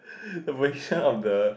the position of the